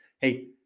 Hey